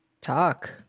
Talk